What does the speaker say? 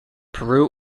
peru